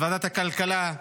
בוועדת הכלכלה,